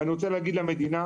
אי רוצה להגיד למדינה